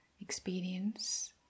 experience